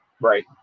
Right